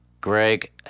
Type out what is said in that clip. Greg